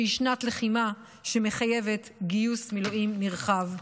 שהיא שנת לחימה שמחייבת גיוס מילואים נרחב.